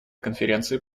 конференции